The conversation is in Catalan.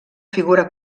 figura